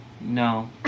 No